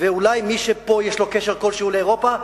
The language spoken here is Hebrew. ואולי מי שיש לו קשר כלשהו לאירופה.